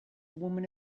woman